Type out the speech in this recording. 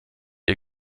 ihr